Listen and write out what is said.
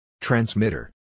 Transmitter